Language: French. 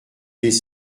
des